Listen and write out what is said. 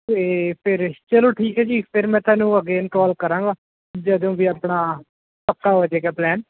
ਅਤੇ ਫਿਰ ਚਲੋ ਠੀਕ ਹੈ ਜੀ ਫਿਰ ਮੈਂ ਤੁਹਾਨੂੰ ਅਗੇਨ ਕਾਲ ਕਰਾਂਗਾ ਜਦੋਂ ਵੀ ਆਪਣਾ ਪੱਕਾ ਹੋ ਜਾਏਗਾ ਪਲੈਨ